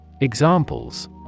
Examples